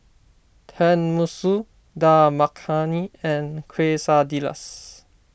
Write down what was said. Tenmusu Dal Makhani and Quesadillas